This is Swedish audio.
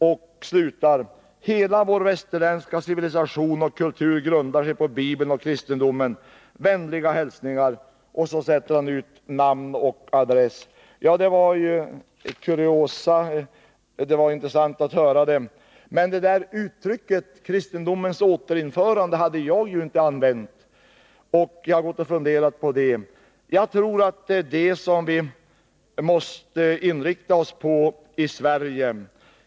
Brevet slutar: ”Hela vår västerländska civilisation och kultur grundar sig på Bibeln och kristendomen. Vänliga hälsningar” — namn och adress. Ja, det var ju kuriosa. Det var intressant att höra. Men uttrycket ”kristendomens återinförande” hade jag ju inte använt. Jag har gått och funderat på detta. Jag tror att det är detta som vi måste inrikta oss på i Sverige.